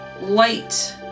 light